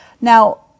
Now